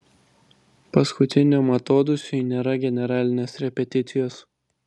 paskutiniam atodūsiui nėra generalinės repeticijos